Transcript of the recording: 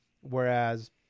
whereas